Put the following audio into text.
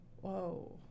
Whoa